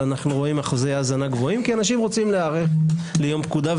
אבל אנחנו רואים אחוזי האזנה גבוהים כי אנשים רוצים להיערך ליום פקודה.